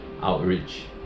outreach